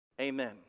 Amen